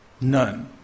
None